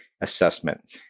assessment